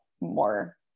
more